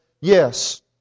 yes